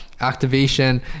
activation